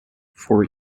for